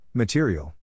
Material